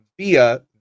via